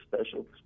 special